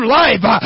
life